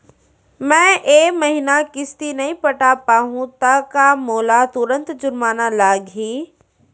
मैं ए महीना किस्ती नई पटा पाहू त का मोला तुरंत जुर्माना लागही?